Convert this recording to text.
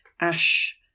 ash